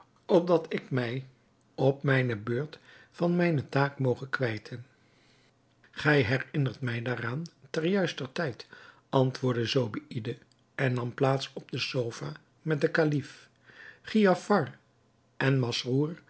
opdat ik mij op mijne beurt van mijne taak moge kwijten gij herinnert mij daaraan ter juister tijd antwoordde zobeïde en nam plaats op de sofa met den kalif giafar en